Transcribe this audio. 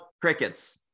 crickets